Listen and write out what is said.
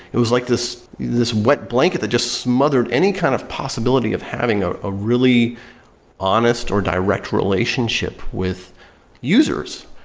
it was like this this wet blanket that just smothered any kind of possibility of having a ah really honest, or direct relationship with users,